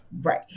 Right